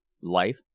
Life